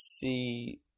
see